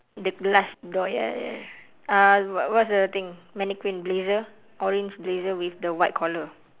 the the last door ya ya ya uh what what's the thing mannequin blazer orange blazer with the white collar